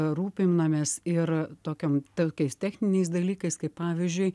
rūpinamės ir tokiom tokiais techniniais dalykais kaip pavyzdžiui